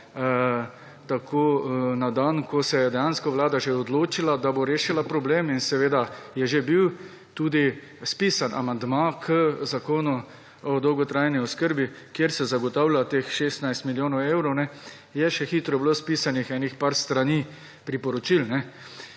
tako na dan, ko se je dejansko vlada že odločila, da bo rešila problem in je že bil tudi spisan amandma k Zakonu o dolgotrajni oskrbi, kjer se zagotavlja teh 16 milijonov evrov, je še hitro bilo spisanih enih par strani priporočil.